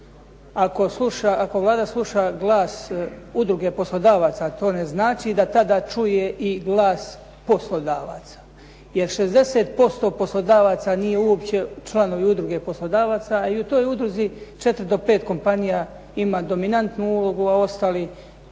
ako Vlada sluša glas udruge poslodavaca, to ne znači da tada čuje i glas poslodavaca, jer 60% poslodavaca nije uopće članovi udruge poslodavaca i u toj udruzi 4 do 5 kompanija ima dominantnu ulogu, a ostali